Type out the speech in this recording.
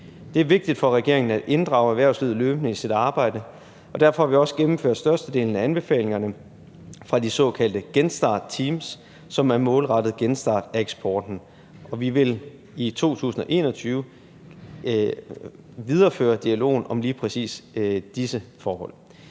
Det er vigtigt for regeringen at inddrage erhvervslivet løbende i sit arbejde. Derfor har vi også gennemført størstedelen af anbefalingerne fra de såkaldte genstartteams, som er målrettet genstart af eksporten. Vi vil i 2021 videreføre dialogen om lige præcis disse forhold.